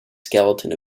skeleton